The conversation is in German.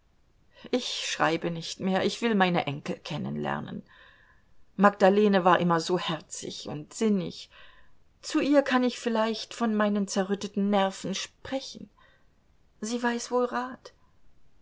ich schreibe nicht mehr ich will meine enkel kennen lernen magdalene war immer so herzig und sinnig zu ihr kann ich vielleicht von meinen zerrütteten nerven sprechen sie weiß wohl rat